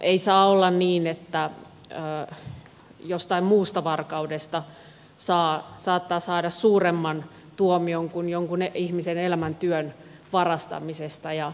ei saa olla niin että jostain muusta varkaudesta saattaa saada suuremman tuomion kuin jonkun ihmisen elämäntyön varastamisesta